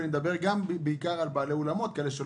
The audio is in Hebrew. ואני מדבר גם בעיקר על בעלי אולמות שלא